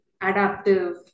adaptive